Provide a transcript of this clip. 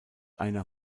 einer